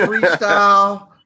Freestyle